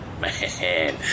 Man